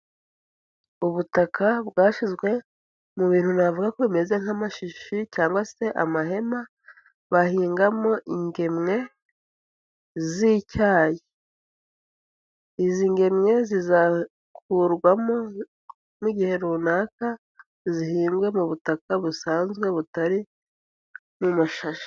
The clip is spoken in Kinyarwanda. Ubutaka bwashyizwe mu bintu navuga ko bimeze nk'amashashi cyangwa se amahema bahingamo ingemwe z'icyayi, izi ngemwe zizakurwamo igihe runaka zihingwe mu butaka busanzwe butari mu mashashi.